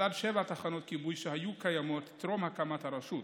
לצד שבע תחנות כיבוי שהיו קיימות טרום הקמת הרשות: